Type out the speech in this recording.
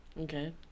Okay